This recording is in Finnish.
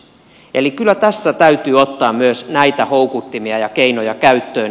eli kyllä tässä täytyy ottaa myös näitä houkuttimia ja keinoja käyttöön